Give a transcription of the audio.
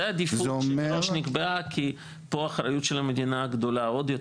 זה עדיפות שנקבעה כי פה אחריות של המדינה גדולה עוד יותר,